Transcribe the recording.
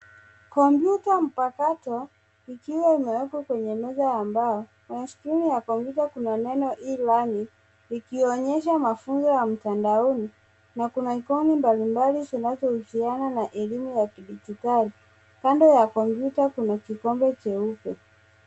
Kompyuta mpakato ikiwa imewekwa kwenye meza ya mbao na skrini ya kompyuta kuna neno e-learning ikionyesha mafunzo ya mtandaoni na kuna icon mbali mbali zinazohusiana na elimu ya kidigitali. Kando ya kompyuta kuna kikombe jeupe.